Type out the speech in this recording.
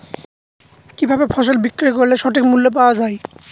কি ভাবে ফসল বিক্রয় করলে সঠিক মূল্য পাওয়া য়ায়?